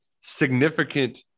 significant